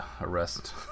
arrest